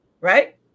right